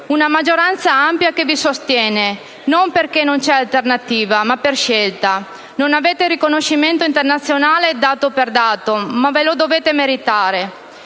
una maggioranza ampia che vi sostiene, non perché non c'è alternativa ma per scelta, e non avete il riconoscimento internazionale dato per dato ma ve lo dovete meritare.